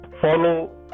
follow